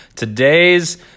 Today's